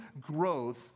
growth